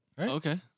Okay